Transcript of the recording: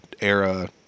era